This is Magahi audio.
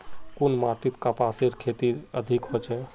कुन माटित कपासेर खेती अधिक होचे?